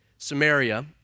Samaria